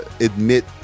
admit